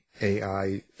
AI